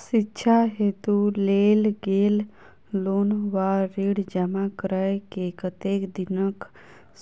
शिक्षा हेतु लेल गेल लोन वा ऋण जमा करै केँ कतेक दिनक